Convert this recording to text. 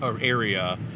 area